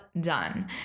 done